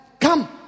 Come